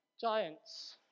giants